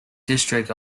district